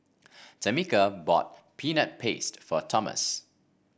Tamica bought Peanut Paste for Tomas